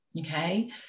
okay